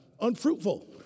unfruitful